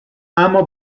اما